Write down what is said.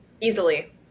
easily